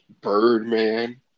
Birdman